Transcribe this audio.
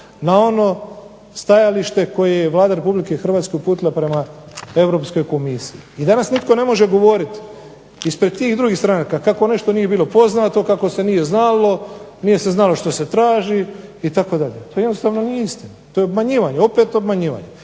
na ono stajalište koje je Vlada Republike Hrvatske uputila prema Europskoj komisiji. I danas nitko ne može govoriti ispred tih drugih stranaka kako nešto nije bilo poznato, kako se nije znalo, nije se znalo što se traži itd. To jednostavno nije istina, to je obmanjivanje, opet obmanjivanje.